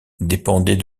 dépendait